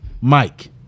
Mike